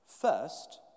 First